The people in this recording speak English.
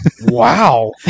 Wow